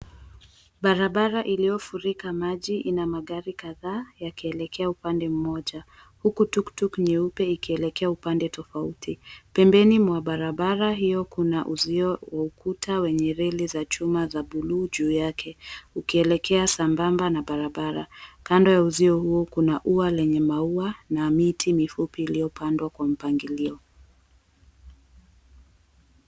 Barabara iliyofurika maji ina magari kadhaa yakielekea upande mmoja huku tuktuk nyeupe ikielekea upande tofauti. Pembeni mwa barabara hio kuna uzio wa ukuta wenye reli za buluu za chuma juu yake ukielekea sambamba na barabara. Kando ya uzio huo kuna ua lenye maua na miti mifupi iliyopandwa kwa mpangilio.